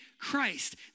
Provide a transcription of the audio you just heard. Christ